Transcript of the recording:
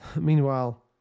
Meanwhile